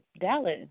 Dallas